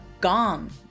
gone